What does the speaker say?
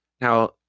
Now